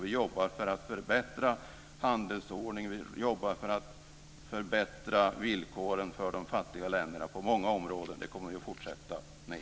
Vi jobbar för att förbättra handelsordningen, för att förbättra villkoren för de fattiga länderna på många områden, och det kommer vi att fortsätta med.